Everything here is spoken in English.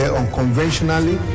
unconventionally